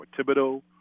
Thibodeau